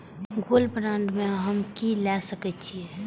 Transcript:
Gold bond में हम की ल सकै छियै?